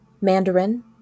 Mandarin